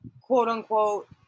quote-unquote